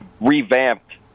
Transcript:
revamped